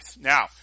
Now